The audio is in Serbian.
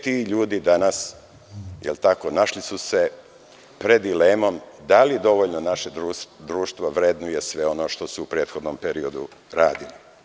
Ti ljudi danas su se našli pred dilemom da li dovoljno naše društvo vrednuje sve ono što su u prethodnom periodu radili.